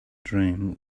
dream